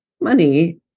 money